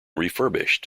refurbished